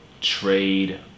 trade